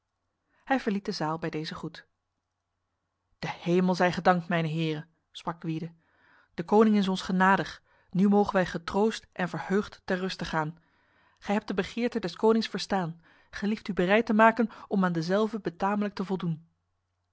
hij verliet de zaal bij deze groet de hemel zij gedankt mijne heren sprak gwyde de koning is ons genadig nu mogen wij getroost en verheugd ter ruste gaan gij hebt de begeerte des konings verstaan gelieft u bereid te maken om aan dezelve betamelijk te voldoen